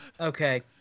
okay